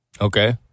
Okay